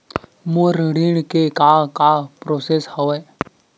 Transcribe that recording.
मोर ऋण के का का प्रोसेस हवय?